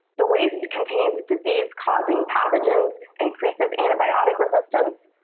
the waste contains disease-causing pathogens, increases antibiotic resistance,